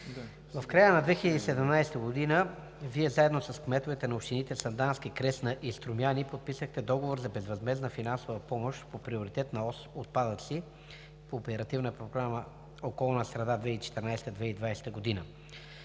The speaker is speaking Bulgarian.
в края на 2017 г. Вие, заедно с кметовете на общините Сандански, Кресна и Струмяни, подписахте Договор за безвъзмездна финансова помощ по Приоритетна ос „Отпадъци“ по Оперативна програма „Околна